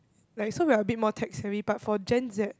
like so we're a bit more tech savvy but for Gen-Z